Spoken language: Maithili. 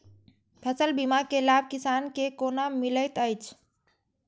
फसल बीमा के लाभ किसान के कोना मिलेत अछि?